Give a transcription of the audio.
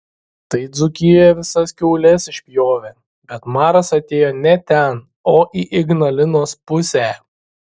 tai dzūkijoje visas kiaules išpjovė bet maras atėjo ne ten o į ignalinos pusę